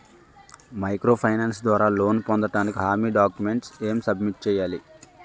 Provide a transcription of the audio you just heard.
Micro finance ద్వారా loan పొందటానికి హామీ డాక్యుమెంట్స్ ఎం సబ్మిట్ చేయాలి?